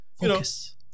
focus